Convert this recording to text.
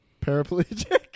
paraplegic